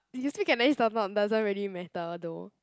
did you speak Cantonese does not doesn't really matter though